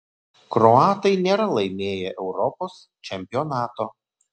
kroatai nėra laimėję europos čempionato